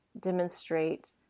demonstrate